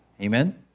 Amen